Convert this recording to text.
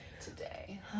today